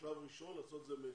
בשלב ראשון לעשות מצ'ינג.